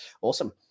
awesome